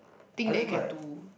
thing that you can do